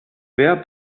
wer